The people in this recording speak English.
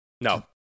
no